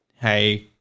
hey